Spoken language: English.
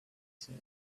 said